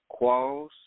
Qualls